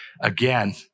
again